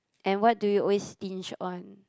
and what do you always stinge on